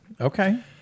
Okay